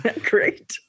great